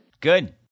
Good